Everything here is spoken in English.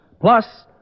plus